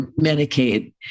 Medicaid